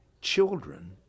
children